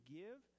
give